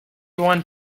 one